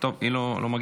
לימור סון הר מלך,